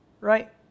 right